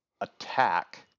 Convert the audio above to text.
attack